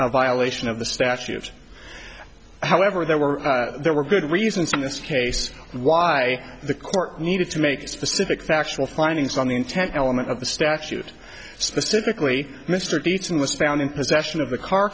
a violation of the statute however there were there were good reasons in this case why the court needed to make specific factual findings on the intent element of the statute specifically mr de chine was found in possession of the car